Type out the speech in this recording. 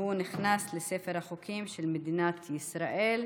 והוא נכנס לספר החוקים של מדינת ישראל.